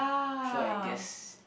so I guess